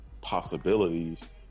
possibilities